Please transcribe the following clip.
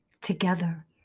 Together